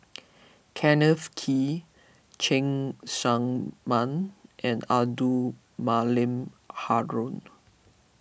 Kenneth Kee Cheng Tsang Man and Abdul Malim Haron